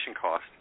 cost